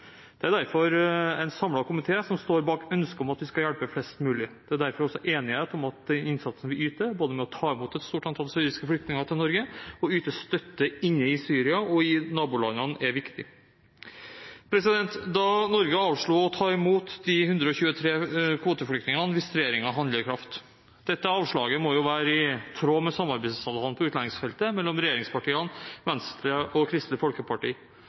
Det er derfor en samlet komité som står bak ønsket om at vi skal hjelpe flest mulig. Det er derfor også enighet om at den innsatsen vi yter, både ved å ta imot et stort antall syriske flyktninger til Norge og ved å yte støtte inne i Syria og i nabolandene, er viktig. Da Norge avslo å ta imot de 123 kvoteflyktningene, viste regjeringen handlekraft. Dette avslaget må være i tråd med samarbeidsavtalen på utlendingsfeltet mellom regjeringspartiene, Venstre og Kristelig Folkeparti.